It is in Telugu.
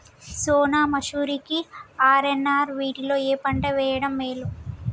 సోనా మాషురి కి ఆర్.ఎన్.ఆర్ వీటిలో ఏ పంట వెయ్యడం మేలు?